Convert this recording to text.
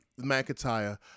McIntyre